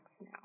now